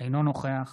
אינו נוכח